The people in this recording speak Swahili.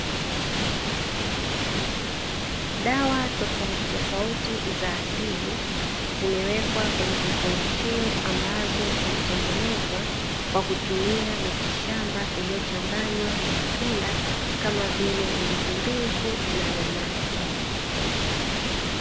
Dawa tofauti tofauti za asili zimewekwa kwenye vifungashio ambazo zimetengenezwa, kwa kutumia miti shamba iliyochanganywa na matunda, kama vile ndizi mbivu na nanasi.